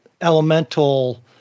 elemental